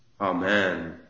Amen